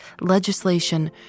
legislation